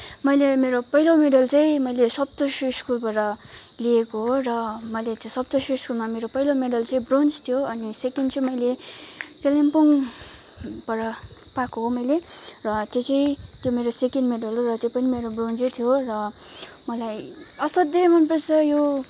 मैले अहिले मेरो पहिलो मेडल चाहिँ मैले सप्तश्री स्कुलबाट लिएको हो र मैले त्यो सप्तश्री स्कुलमा मेरो पहिलो मेडल चाहिँ ब्रोन्ज थियो अनि सेकेन्ड चाहिँ मैले कालिम्पोङबाट पाएको हो मैले र त्यो चाहिँ त्यो मेरो सेकेन्ड मेडल हो र त्यो पनि मेरो ब्रोन्जै थियो र मलाई असाध्यै मनपर्छ यो